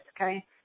okay